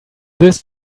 this